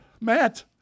Matt